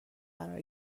قرار